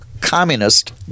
communist